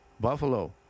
Buffalo